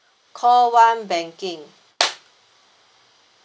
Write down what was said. call one banking